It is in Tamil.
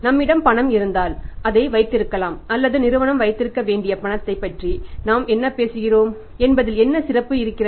நம்மிடம் பணம் இருந்தால் அதை வைத்திருக்கலாம் அல்லது நிறுவனம் வைத்திருக்க வேண்டிய பணத்தைப் பற்றி நாம் என்ன பேசுகிறோம் என்பதில் என்ன சிறப்பு இருக்கிறது